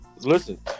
listen